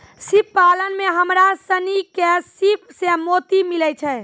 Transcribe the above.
सिप पालन में हमरा सिनी के सिप सें मोती मिलय छै